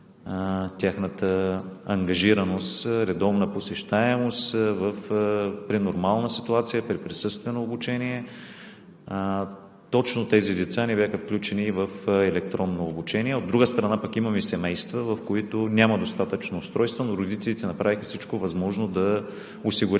тяхната ангажираност, редовна посещаемост в нормална ситуация, при присъствено обучение. Точно тези деца не бяха включени в електронно обучение. От друга страна пък, имаме семейства, в които няма достатъчно устройства, но родителите направиха всичко възможно да осигурят